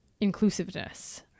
inclusiveness